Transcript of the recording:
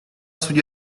sugli